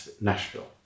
Nashville